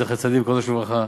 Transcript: זכר צדיק וקדוש לברכה,